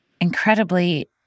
incredibly